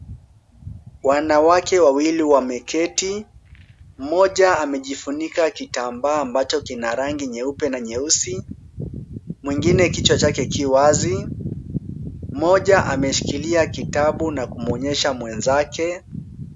Wanawake wawili wameketi. Mmoja amejifunika kitambaa ambacho kina rangi nyeupe na nyeusi. Mwingine kichwa chake ki wazi. Mmoja ameshikilia kitabu na kumwonyesha mwenzake.